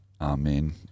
amen